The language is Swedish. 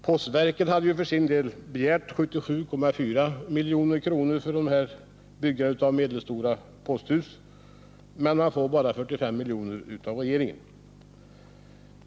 Postverket hade begärt 77,4 milj.kr. för byggande av medelstora posthus, men man får bara 45 milj.kr. av regeringen.